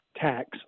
tax